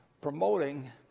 promoting